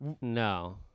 No